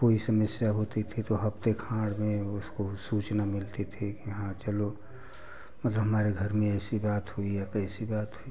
कोई समस्या होती थी तो हफ़्ते खाँड़ में उसको सूचना मिलती थी कि हाँ चलो मतलब हमारे घर में ऐसी बात हुई या कैसी बात हुई